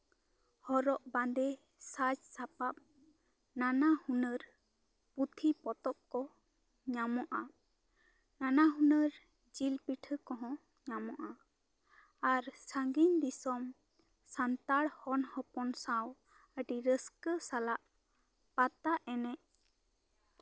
ᱦᱚᱨᱚᱜ ᱵᱟᱸᱫᱮ ᱥᱟᱡᱽ ᱥᱟᱯᱟᱯ ᱱᱟᱱᱟ ᱦᱩᱱᱟᱹᱨ ᱯᱩᱛᱷᱤ ᱯᱚᱛᱚᱵ ᱠᱚ ᱧᱟᱢᱚᱜᱼᱟ ᱱᱟᱱᱟ ᱦᱩᱱᱟᱹᱨ ᱡᱤᱞ ᱯᱤᱴᱷᱟᱹ ᱠᱚᱦᱚᱸ ᱧᱟᱢᱚᱜᱼᱟ ᱟᱨ ᱥᱟ ᱜᱤᱧ ᱫᱤᱥᱚᱢ ᱥᱟᱱᱛᱟᱲ ᱦᱚᱱ ᱦᱚᱯᱚᱱ ᱥᱟᱶ ᱟᱹᱰᱤ ᱨᱟᱹᱥᱠᱟᱹ ᱥᱟᱞᱟᱜ ᱯᱟᱛᱟ ᱮᱱᱮᱡ